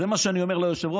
זה מה שאני אומר ליושב-ראש,